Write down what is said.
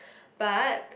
but